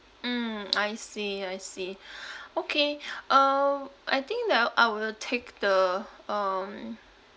mm I see I see okay um I think then I will take the um